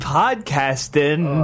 podcasting